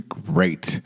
great